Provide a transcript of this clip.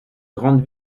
grande